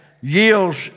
yields